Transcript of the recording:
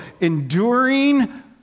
enduring